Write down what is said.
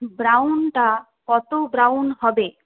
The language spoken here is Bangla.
ব্রাউনটা কত ব্রাউন হবে